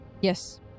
Yes